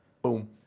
Boom